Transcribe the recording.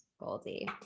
Goldie